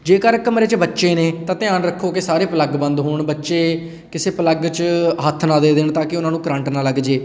ਜੇਕਰ ਕਮਰੇ 'ਚ ਬੱਚੇ ਨੇ ਤਾਂ ਧਿਆਨ ਰੱਖੋ ਕਿ ਸਾਰੇ ਪਲੱਗ ਬੰਦ ਹੋਣ ਬੱਚੇ ਕਿਸੇ ਪਲੱਗ 'ਚ ਹੱਥ ਨਾ ਦੇ ਦੇਣ ਤਾਂ ਕਿ ਉਹਨਾਂ ਨੂੰ ਕਰੰਟ ਨਾ ਲੱਗ ਜਾਵੇ